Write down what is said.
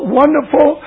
wonderful